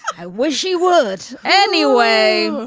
i wish she would anyway.